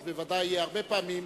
ויהיו עוד בוודאי הרבה פעמים,